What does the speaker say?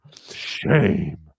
shame